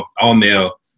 all-male